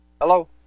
Hello